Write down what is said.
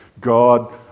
God